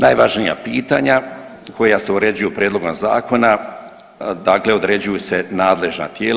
Najvažnija pitanja koja se uređuju prijedlogom zakona, dakle određuju se nadležna tijela.